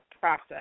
process